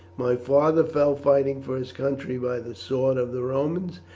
my father fell fighting for his country by the sword of the romans,